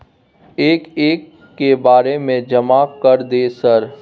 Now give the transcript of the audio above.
एक एक के बारे जमा कर दे सर?